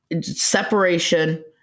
separation